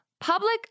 Public